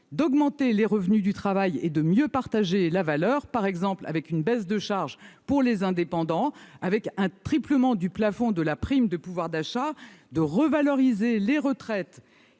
d'augmenter les revenus du travail et de mieux partager la valeur, par exemple avec une baisse de charges pour les indépendants ou un triplement du plafond de la prime de pouvoir d'achat. Ils visent aussi à revaloriser les retraites